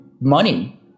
money